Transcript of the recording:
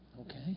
Okay